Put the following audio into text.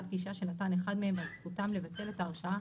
גישה שנתן אחד מהם ועל זכותם לבטל את ההשראה,